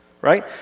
right